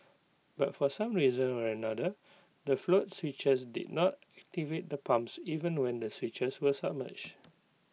but for some reason or another the float switches did not activate the pumps even when the switches were submerged